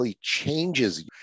changes